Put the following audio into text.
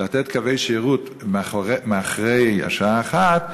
לתת קווי שירות אחרי השעה 01:00,